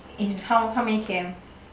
it's how how many k_m